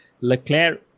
Leclerc